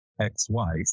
ex-wife